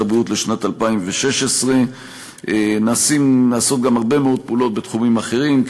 הבריאות לשנת 2016. נעשות גם הרבה מאוד פעולות בתחומים אחרים,